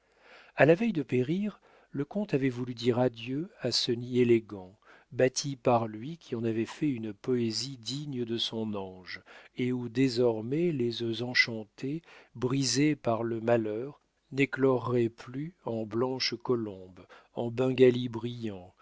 a la veille de périr le comte avait voulu dire adieu à ce nid élégant bâti par lui qui en avait fait une poésie digne de son ange et où désormais les œufs enchantés brisés par le malheur n'écloraient plus en blanches colombes en bengalis brillants